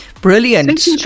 Brilliant